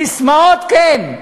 ססמאות, כן,